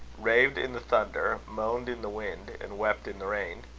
raved in the thunder, moaned in the wind, and wept in the rain.